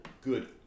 Good